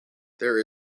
there